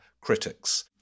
critics